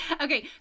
Okay